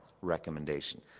recommendation